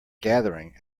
gathering